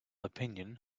opinion